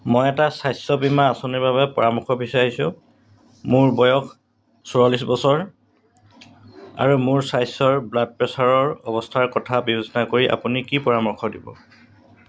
মই এটা স্বাস্থ্য বীমা আঁচনিৰ বাবে পৰামৰ্শ বিচাৰিছোঁ মোৰ বয়স চৌৰাল্লিছ বছৰ আৰু মোৰ স্বাস্থ্যৰ ব্লাড প্ৰেচাৰৰ অৱস্থাৰ কথা বিবেচনা কৰি আপুনি কি পৰামৰ্শ দিব